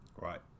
right